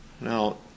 Now